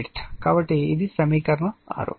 కాబట్టి ఇది సమీకరణం 6